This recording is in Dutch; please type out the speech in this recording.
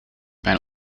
bijna